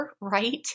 right